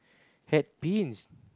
hat pins